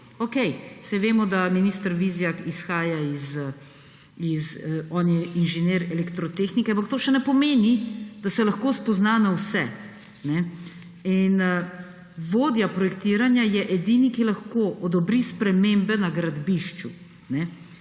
Okej, saj vemo, da minister Vizjak je inženir elektrotehnike, ampak to še ne pomeni, da se lahko spozna na vse. Vodja projektiranja je edini, ki lahko odobri spremembe na gradbišču